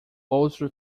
outro